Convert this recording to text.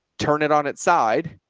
turn it on its side,